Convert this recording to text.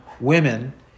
women